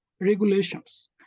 regulations